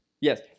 Yes